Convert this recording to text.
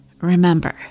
remember